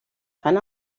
fan